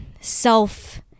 self